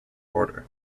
order